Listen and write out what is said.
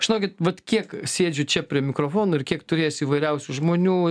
žinokit vat kiek sėdžiu čia prie mikrofono ir kiek turėjęs įvairiausių žmonių